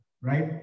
Right